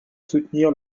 soutenir